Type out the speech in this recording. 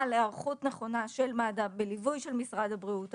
היערכות נכונה של מד"א בליווי משרד הבריאות,